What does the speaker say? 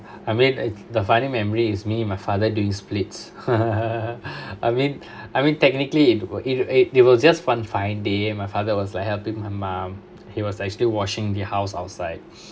I mean uh the final memory is me and my father doing splits I mean I mean technically it were it it it were just one fine day and my father was like helping my mom he was actually washing the house outside